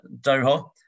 Doha